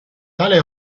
tale